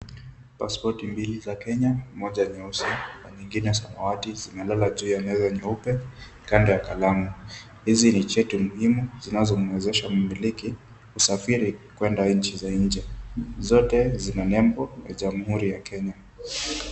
Pasipoti mbili za Kenya moja nyeusi na nyingine ya samawati zimelala juu ya meza nyeupe kando ya kalamu. Hivi ni vyeti muhimu zinazomuwezesha mmiliki kusafiri kwenda nchi za nje. Zote zina nembo ya Jamhuri ya Kenya.